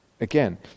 Again